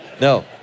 No